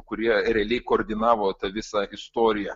kurie realiai koordinavo tą visą istoriją